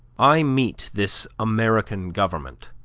i meet this american government,